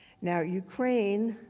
now ukraine,